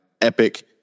epic